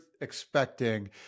expecting